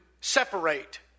separate